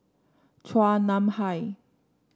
Chua Nam Hai